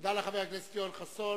תודה לחבר הכנסת יואל חסון.